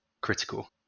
critical